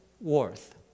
worth